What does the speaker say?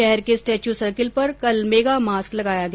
शहर के statue circle पर कल मेगा मास्क लगाया गया